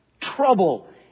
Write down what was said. trouble